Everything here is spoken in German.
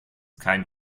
kein